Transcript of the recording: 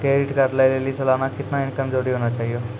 Credit card लय लेली सालाना कितना इनकम जरूरी होना चहियों?